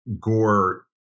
Gore